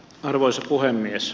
arvoisa puhemies